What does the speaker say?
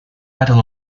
battle